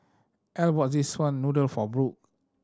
Erle bought this one noodle for Brooke